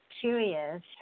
curious